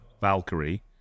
Valkyrie